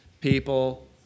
people